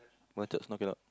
my charge now cannot